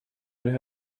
would